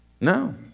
No